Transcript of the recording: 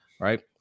right